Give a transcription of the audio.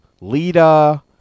Lita